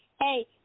Hey